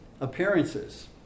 appearances